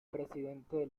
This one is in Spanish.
presidente